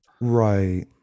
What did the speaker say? right